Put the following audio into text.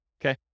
okay